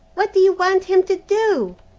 what do you want him to do?